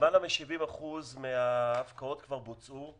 למעלה מ-70% מן ההפקעות כבר בוצעו,